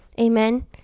Amen